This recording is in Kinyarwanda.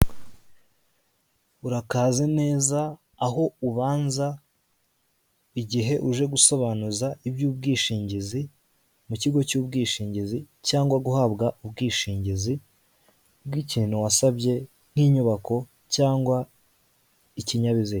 Urakaze neza aho ubanza igihe uje gusobanuza iby'ubwishingizi mu kigo cy'ubwishingizi cyangwa guhabwa ubwishingizi bw'ikintu wasabye nk'inyubako cyangwa ikinkinyabiziga.